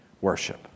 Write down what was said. worship